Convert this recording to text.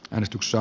toimistossa